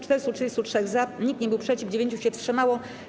433 - za, nikt nie był przeciw, 9 się wstrzymało.